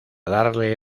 darle